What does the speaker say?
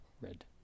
Red